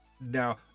Now